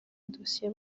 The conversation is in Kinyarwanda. dosiye